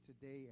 today